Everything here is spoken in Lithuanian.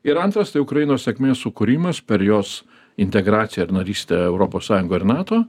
ir antras tai ukrainos sėkmės sukūrimas per jos integraciją ir narystę europos sąjungoj ir nato